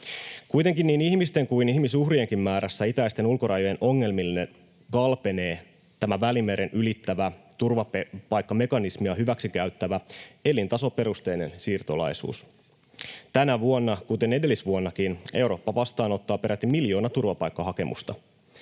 Kuitenkin niin ihmisten kuin ihmisuhrienkin määrässä itäisten ulkorajojen ongelmat kalpenevat Välimeren ylittävän, turvapaikkamekanismia hyväksikäyttävän elintasoperusteisen siirtolaisuuden rinnalla. Tänä vuonna, kuten edellisvuonnakin, Eurooppa vastaanottaa peräti miljoona turvapaikkahakemusta.